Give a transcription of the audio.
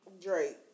Drake